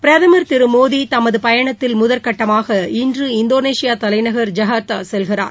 பிரதமர் திரு மோடி தமது பயணத்தில் முதற்கட்டமாக இன்று இந்தோனேஷியா தலைநகரக் ஐகர்த்தா செல்கிறார்